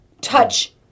touch